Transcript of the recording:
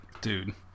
Dude